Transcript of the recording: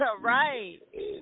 Right